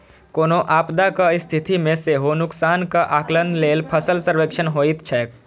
कोनो आपदाक स्थिति मे सेहो नुकसानक आकलन लेल फसल सर्वेक्षण होइत छैक